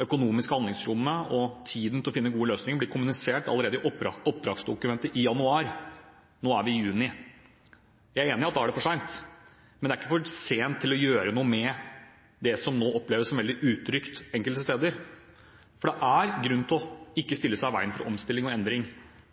økonomiske handlingsrommet og tiden til å finne gode løsninger blitt kommunisert allerede i oppdragsdokumentet i januar. Nå er vi i juni. Jeg er enig i at da er det for sent, men det er ikke for sent å gjøre noe med det som nå oppleves som veldig utrygt enkelte steder. Det er grunn til ikke å stille seg i veien for omstilling og endring,